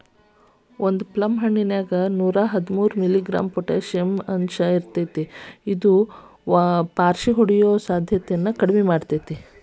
ಒಂದು ಪ್ಲಮ್ ಹಣ್ಣಿನ್ಯಾಗ ನೂರಾಹದ್ಮೂರು ಮಿ.ಗ್ರಾಂ ಪೊಟಾಷಿಯಂ ಅಂಶಇರ್ತೇತಿ ಇದು ಪಾರ್ಷಿಹೊಡಿಯೋ ಸಾಧ್ಯತೆನ ಕಡಿಮಿ ಮಾಡ್ತೆತಿ